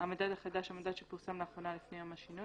"המדד החדש" המדד שפורסם לאחרונה לפני יום השינוי.